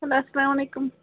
hello اَسلام علیکُم